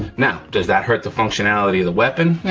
now, does that hurt the functionality of the weapon,